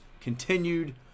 continued